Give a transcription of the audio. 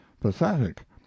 pathetic